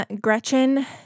Gretchen